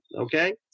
okay